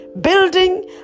Building